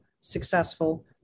successful